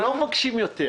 לא מבקשים יותר.